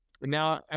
Now